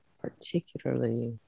particularly